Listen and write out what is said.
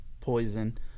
poison